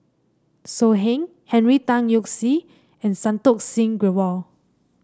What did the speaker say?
So Heng Henry Tan Yoke See and Santokh Singh Grewal